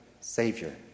Savior